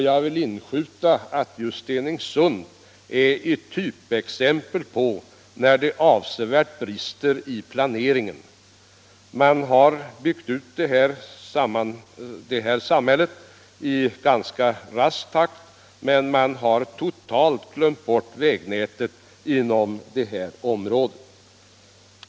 Jag vill inskjuta att just Stenungsund är ett typexempel på brister i planeringen. Man har byggt ut samhället i ganska rask takt, men man har totalt glömt bort vägnätet i området.